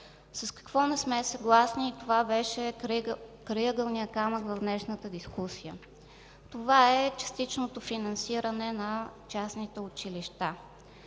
С какво не сме съгласни? Това беше и крайъгълният камък на днешната дискусия – частичното финансиране на частните училища.